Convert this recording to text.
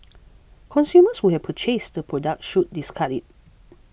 consumers who have purchased the product should discard it